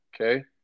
okay